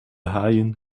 haaien